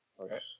Okay